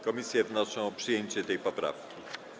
Komisje wnoszą o przyjęcie tej poprawki.